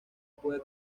puede